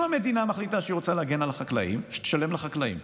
אם המדינה מחליטה שהיא רוצה להגן על החקלאים, שתשלם לחקלאים.